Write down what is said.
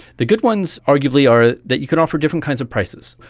the good ones arguably are that you can offer different kinds of prices.